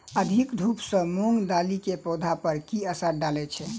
अधिक धूप सँ मूंग दालि केँ पौधा पर की असर डालय छै?